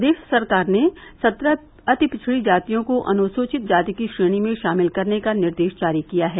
प्रदेश सरकार ने सत्रह अति पिछड़ी जातियों को अनुसूचित जाति की श्रेणी में शामिल करने का निर्देश जारी किया है